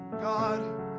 God